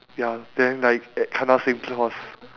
ya then like eh kena same course